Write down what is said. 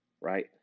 right